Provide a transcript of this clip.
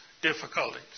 difficulties